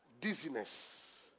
Dizziness